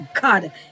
God